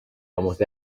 almost